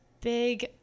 big